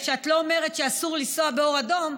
כשאת לא אומרת שאסור לנסוע באור אדום,